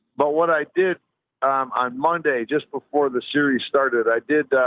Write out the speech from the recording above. but what i did on monday, just before the series started, i did,